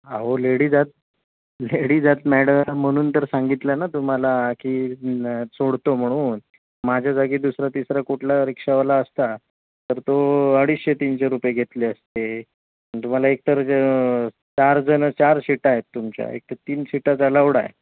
अहो लेडीज आहेत लेडीज आहेत मॅडम म्हणून तर सांगितलं ना तुम्हाला की ना सोडतो म्हणून माझ्या जागी दुसरा तिसरा कुठला रिक्षावाला असता तर तो अडीचशे तीनशे रुपये घेतले असते तुम्हाला एक तर चारजणं चार शिटा आहेत तुमच्या एक तर तीन शिटाचा अलावड आहे